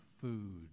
food